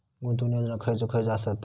गुंतवणूक योजना खयचे खयचे आसत?